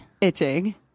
itching